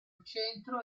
centro